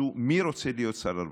מי רוצה להיות שר הרווחה?